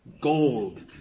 gold